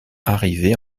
arrivée